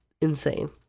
insane